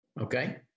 Okay